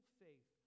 faith